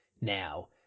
now